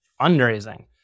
Fundraising